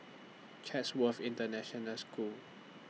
Chatsworth International School